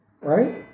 right